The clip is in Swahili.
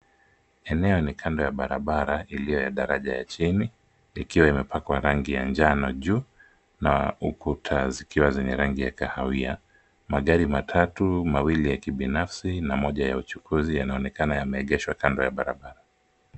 Eneo ni kando ya barabara iliyo ya daraja ya chini likiwa imepakwa rangi ya njano juu na ukuta zikiwa zenye rangi ya kahawia. Magari matatu, mawili ya kibinafsi na moja ya uchukuzi yanaonekana yameegeshwa kando ya barabara.